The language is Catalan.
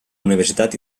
universitat